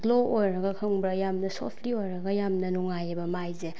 ꯒ꯭ꯂꯣ ꯑꯣꯏꯔꯒ ꯈꯪꯕ꯭ꯔꯥ ꯌꯥꯝꯅ ꯁꯣꯐꯂꯤ ꯑꯣꯏꯔꯒ ꯌꯥꯝꯅ ꯅꯨꯡꯉꯥꯏꯑꯦꯕ ꯃꯥꯏꯁꯦ